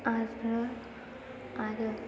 आरो